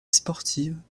sportive